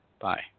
Bye